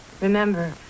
Remember